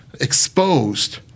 exposed